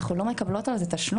אנחנו לא מקבלות על זה תשלום,